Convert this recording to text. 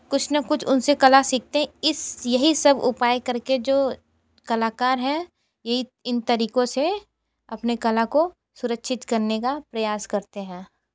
कुछ ना कछ उनसे कला सीखते हैं इस यही सब उपाय कर के जो कलाकार हैं यही इन तरीकों से अपने कला को सुरक्षित करने का प्रयास करते हैं